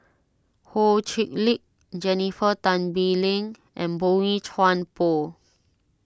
Ho Chee Lick Jennifer Tan Bee Leng and Boey Chuan Poh